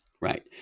Right